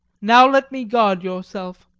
now let me guard yourself.